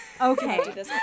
Okay